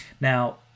now